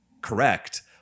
correct